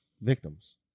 victims